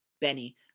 Benny